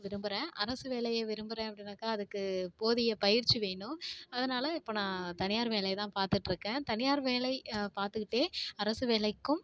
விரும்புகிறேன் அரசு வேலையை விரும்புகிறேன் அப்டின்னாக்கா அதுக்கு போதிய பயிற்சி வேணும் அதனால் இப்போ நான் தனியார் வேலையதான் பார்த்துகிட்ருக்கேன் தனியார் வேலை பார்த்துக்கிட்டே அரசு வேலைக்கும்